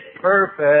perfect